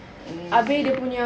mm